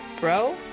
bro